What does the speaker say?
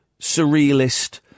surrealist